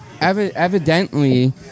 evidently